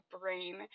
brain